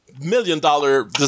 million-dollar